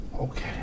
Okay